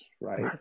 right